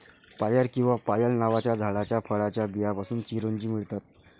पायर किंवा पायल नावाच्या झाडाच्या फळाच्या बियांपासून चिरोंजी मिळतात